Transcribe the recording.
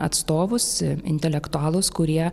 atstovus intelektualus kurie